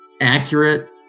accurate